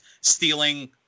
stealing